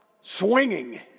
swinging